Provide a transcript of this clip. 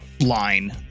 line